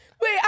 Wait